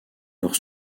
leur